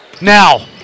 Now